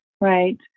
Right